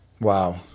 Wow